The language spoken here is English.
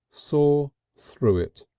saw through it,